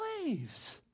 slaves